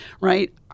Right